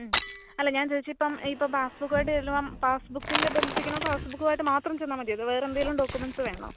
അല്ല ഞാന് ചോദിച്ചത് ഇപ്പം ഇപ്പം പാസ് ബുക്കുവായിട്ട് ചെല്ലുമ്പം പാസ് ബുക്കിനെ ബന്ധിപ്പിക്കണത് പാസ് ബുക്കുവായിട്ട് മാത്രം ചെന്നാൽ മതിയോ അതൊ വേറെന്തേലും ഡോക്യുമെന്സ് വേണോ